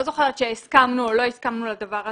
אני לא זוכרת שהסכמנו או לא הסכמנו לדבר הזה.